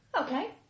Okay